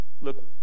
Look